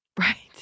Right